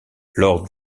lord